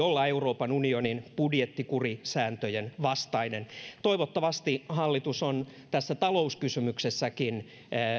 olla euroopan unionin budjettikurisääntöjen vastainen toivottavasti hallitus on tässä talouskysymyksessäkin